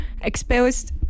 exposed